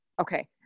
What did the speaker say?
Okay